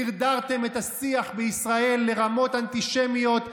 דרדרתם את השיח בישראל לרמות אנטישמיות,